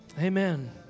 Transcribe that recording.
amen